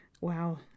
Wow